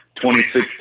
2016